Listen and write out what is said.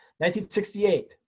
1968